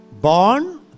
Born